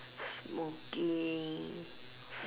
smoking